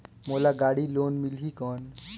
मोला गाड़ी लोन मिलही कौन?